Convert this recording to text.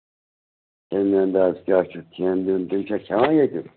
تَمہِ اَنٛدازٕ کیٛاہ چھُ کھٮ۪ن وٮ۪ن تِم چھا کھٮ۪وان ییٚتیُک